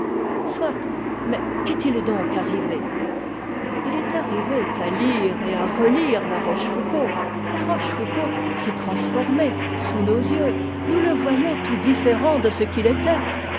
soit mais qu'est-il donc arrivé il est arrivé qu'à lire et à relire la rochefoucauld la rochefoucauld s'est transformé sous nos yeux nous le voyons tout différent de ce qu'il était